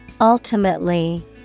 Ultimately